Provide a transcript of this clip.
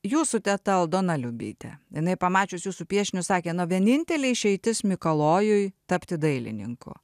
jūsų teta aldona liobytė jinai pamačius jūsų piešinius sakė na vienintelė išeitis mikalojui tapti dailininku